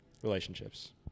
relationships